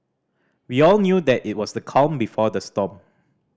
we all knew that it was the calm before the storm